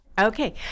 Okay